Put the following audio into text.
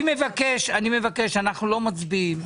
אני מבקש, אנחנו לא מצביעים.